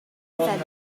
feathered